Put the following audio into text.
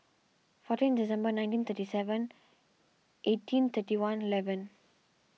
fourteen December nineteen thirty seven eighteen thirty one evlen